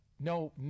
no